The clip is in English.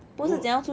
no what